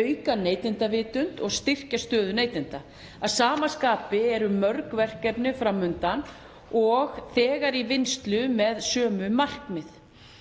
auka neytendavitund og styrkja stöðu neytenda. Að sama skapi eru mörg verkefni fram undan og þegar í vinnslu með sömu markmið.